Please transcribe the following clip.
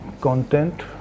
content